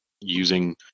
using